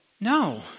No